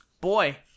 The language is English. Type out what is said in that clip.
Boy